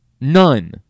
None